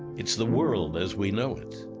it's the world as we know it.